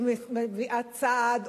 היא עושה צעד,